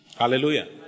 Hallelujah